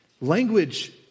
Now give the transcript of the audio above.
Language